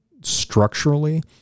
structurally